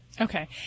Okay